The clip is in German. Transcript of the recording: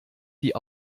die